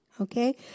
Okay